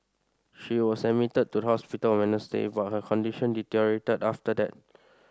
she was admitted to hospital on Wednesday but her condition deteriorated after that